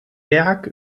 werk